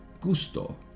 gusto